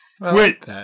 Wait